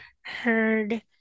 heard